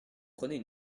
prenez